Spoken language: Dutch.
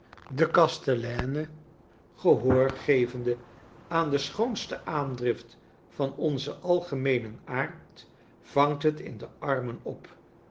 de kasteleines gehoor gevende aan de schoonste aandrift van onzen algemeenen aard vangt het in de armen op